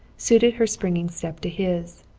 suited her springing step to his.